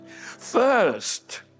First